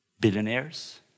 billionaires